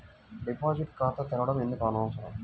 Deposit ఖాతా తెరవడం ఎందుకు అవసరం?